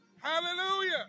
hallelujah